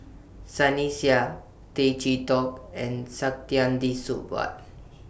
Sunny Sia Tay Chee Toh and Saktiandi Supaat